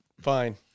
Fine